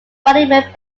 monument